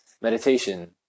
Meditation